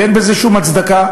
ואין בזה שום הצדקה,